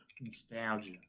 Nostalgia